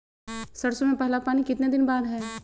सरसों में पहला पानी कितने दिन बाद है?